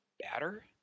batter